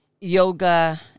yoga